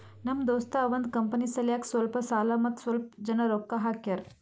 ನಮ್ ದೋಸ್ತ ಅವಂದ್ ಕಂಪನಿ ಸಲ್ಯಾಕ್ ಸ್ವಲ್ಪ ಸಾಲ ಮತ್ತ ಸ್ವಲ್ಪ್ ಜನ ರೊಕ್ಕಾ ಹಾಕ್ಯಾರ್